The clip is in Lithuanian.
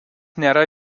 nėra